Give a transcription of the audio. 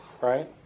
Right